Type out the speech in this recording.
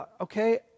okay